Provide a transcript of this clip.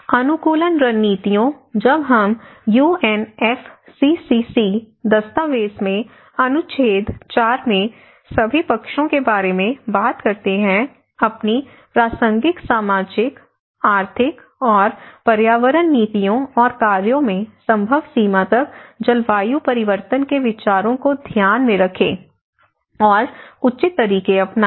अनुकूलन रणनीतियों जब हम यूएनएफसीसीसी दस्तावेज़ में अनुच्छेद 4 में सभी पक्षों के बारे में बात करते हैं अपनी प्रासंगिक सामाजिक आर्थिक और पर्यावरण नीतियों और कार्यों में संभव सीमा तक जलवायु परिवर्तन के विचारों को ध्यान में रखें और उचित तरीके अपनाएं